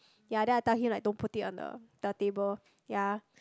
ya then I tell him like don't put it on the the table ya